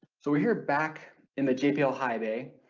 so we're here back in the jpl high bay,